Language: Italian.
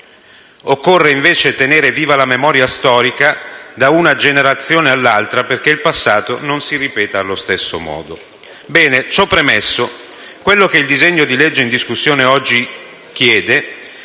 Occorre invece tenere viva la memoria storica da una generazione all'altra, perché il passato non si ripeta allo stesso modo. Bene, ciò premesso, quello che il disegno di legge in discussione oggi chiede